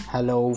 Hello